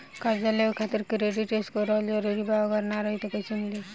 कर्जा लेवे खातिर क्रेडिट स्कोर रहल जरूरी बा अगर ना रही त कैसे मिली?